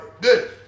good